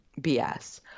BS